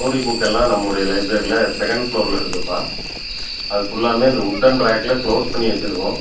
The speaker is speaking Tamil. ஸ்டோரி புக்கெல்லாம் நம்மளுடைய லைப்ரரியில் செகண்ட் ஃப்ளோரில் இருக்குதுப்பா அது ஃபுல்லாவுமே இந்த உண்டன் ட்ராகில் க்ளோஸ் பண்ணி வச்சுருக்கோம்